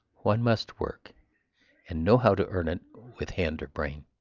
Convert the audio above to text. one must work and know how to earn it with hand or brain.